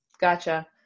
Gotcha